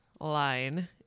line